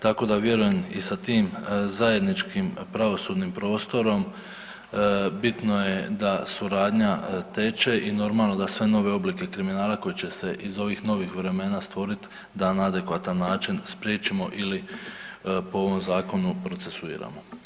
Tako da vjerujem i sa tim zajedničkim pravosudnim prostorom bitno je da suradnja teče i normalno da sve nove oblike kriminala koji će se iz ovih novih vremena stvoriti da na adekvatan način spriječimo ili po ovom zakonu procesuiramo.